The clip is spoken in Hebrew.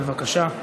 בבקשה.